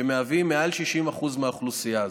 שמהווים מעל 60% מהאוכלוסייה.